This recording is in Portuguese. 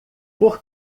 por